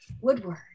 Woodward